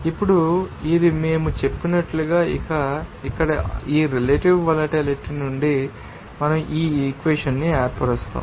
ఇప్పుడు ఇది మేము చెప్పినట్లుగా ఇక్కడ ఈ రెలెటివ్ వొలటిలిటీ నుండి మనం ఈ ఇక్వెషన్ న్ని ఏర్పరుస్తాము